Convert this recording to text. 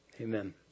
amen